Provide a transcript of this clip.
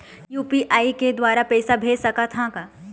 UPI के द्वारा पैसा भेज सकत ह का?